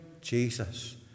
Jesus